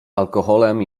alkoholem